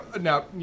Now